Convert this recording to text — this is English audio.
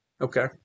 Okay